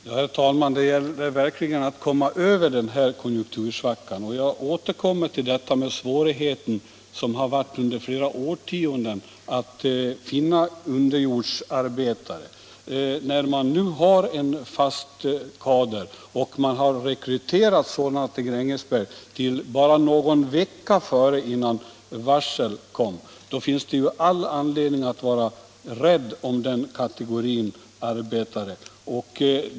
Herr talman! Det gäller verkligen att komma över den här konjunktursvackan. Jag upprepar vad jag tidigare sade om de svårigheter man under flera årtionden haft att finna underjordsarbetare. Bara någon vecka innan varslen kom rekryterade man underjordsarbetare till Gränges. När man nu har en fast kader, finns det all anledning att vara rädd om denna kategori arbetare.